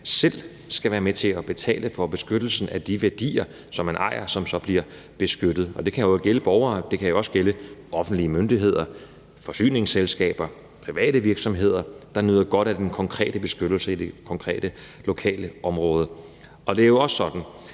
selv skal være med til at betale for beskyttelsen af de værdier, som man ejer, og som så bliver beskyttet. Det kan gælde borgere, og det kan jo også gælde offentlige myndigheder, forsyningsselskaber, private virksomheder, der nyder godt af den konkrete beskyttelse i det konkrete lokalområde. Det er jo også sådan,